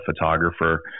photographer